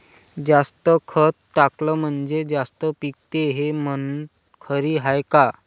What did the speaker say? जास्त खत टाकलं म्हनजे जास्त पिकते हे म्हन खरी हाये का?